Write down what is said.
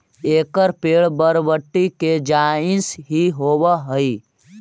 एकर पेड़ बरबटी के जईसन हीं होब हई